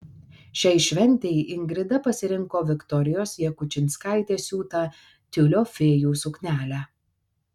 šiai šventei ingrida pasirinko viktorijos jakučinskaitės siūtą tiulio fėjų suknelę